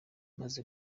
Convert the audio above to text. amaze